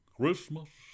Christmas